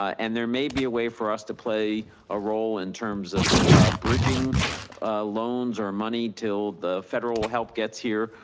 and there may be a way for us to play a role in terms of bridging loans or money till the federal help gets here.